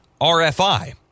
RFI